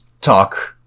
talk